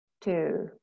two